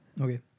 Okay